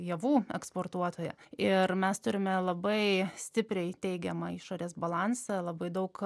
javų eksportuotoja ir mes turime labai stipriai teigiamą išorės balansą labai daug